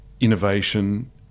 innovation